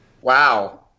Wow